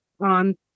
on